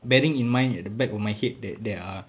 bearing in mind at the back of my head that there are